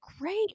great